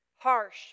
Harsh